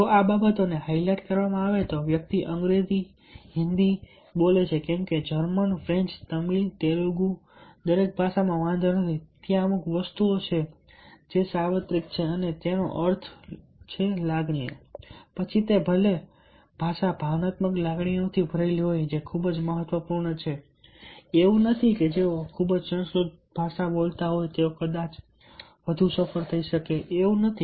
જો આ બાબતોને હાઇલાઇટ કરવામાં આવે તો વ્યક્તિ અંગ્રેજી હિન્દી બોલે છે કે કેમ જર્મન ફ્રેંચ તમિલ તેલુગુ દરેક ભાષામાં વાંધો નથી ત્યાં અમુક વસ્તુઓ છે જે સાર્વત્રિક છે અને તેનો અર્થ લાગણીઓ છે પછી ભલે તે ભાષા ભાવનાત્મક લાગણીઓથી ભરેલી હોય જે ખૂબ જ મહત્વપૂર્ણ છે એવું નથી કે જેઓ ખૂબ જ સુસંસ્કૃત ભાષા બોલતા હોય તેઓ કદાચ બહુ સફળ થઈ શકે એવું નથી